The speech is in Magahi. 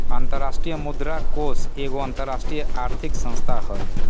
अंतरराष्ट्रीय मुद्रा कोष एगो अंतरराष्ट्रीय आर्थिक संस्था हइ